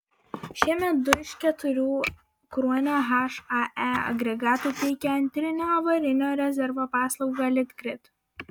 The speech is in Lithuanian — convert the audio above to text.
šiemet du iš keturių kruonio hae agregatų teikia antrinio avarinio rezervo paslaugą litgrid